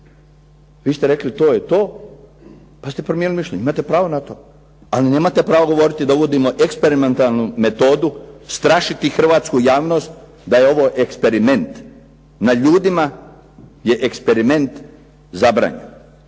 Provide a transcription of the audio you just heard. vi ste rekli to je to, pa ste promijenili mišljenje. Imate pravo na to. Ali nemate pravo govoriti da uvodimo eksperimentalnu metodu, strašiti hrvatsku javnost da je ovo eksperiment. Na ljudima je eksperiment zabranjen.